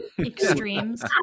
Extremes